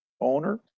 owner